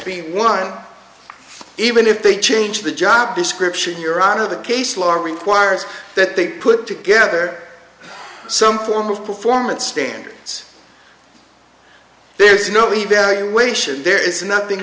be one even if they change the job description your honor the case law requires that they put together some form of performance standards there's no evaluation there is nothing